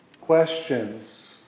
questions